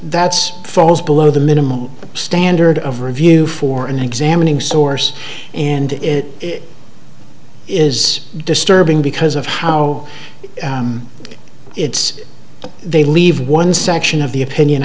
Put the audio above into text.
that's falls below the minimum standard of review for an examining source and it is disturbing because of how it's they leave one section of the opinion